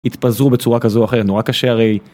התפזו בצורה כזו או אחרת נורא קשה הרי.